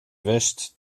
west